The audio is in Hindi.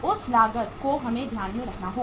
उस लागत को हमें ध्यान में रखना होगा